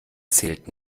zählt